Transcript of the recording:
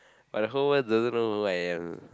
but the whole world doesn't know who I am